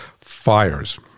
fires